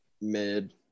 Mid